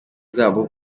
zabo